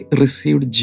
received